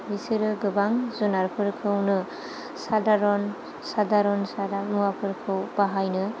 बिसोरो गोबां जुनारफोरखौनो सादारन सादारन सादा मुवाफोरखौ बाहायनो